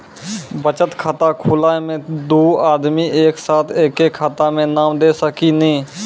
बचत खाता खुलाए मे दू आदमी एक साथ एके खाता मे नाम दे सकी नी?